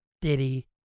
Diddy